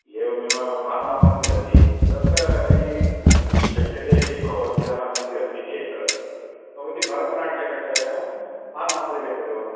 एवमेव भानुवासरं मिलति तत्र यदि शक्यते इति भवत्याः मनसि अस्ति चेत् भवती भरतनाट्यकक्षायां भानुवासरे गच्छतु